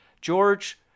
George